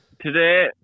Today